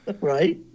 Right